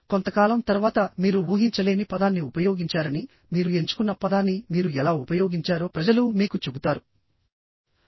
కొంతకాలం తర్వాత మీరు ఊహించలేని పదాన్ని ఉపయోగించారని మీరు ఎంచుకున్న పదాన్ని మీరు ఎలా ఉపయోగించారో ప్రజలు మీకు చెబుతారు